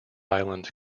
island